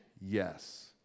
Yes